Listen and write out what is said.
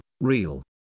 real